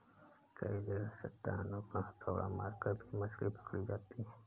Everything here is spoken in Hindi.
कई जगह चट्टानों पर हथौड़ा मारकर भी मछली पकड़ी जाती है